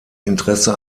interesse